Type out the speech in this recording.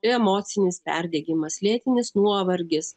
emocinis perdegimas lėtinis nuovargis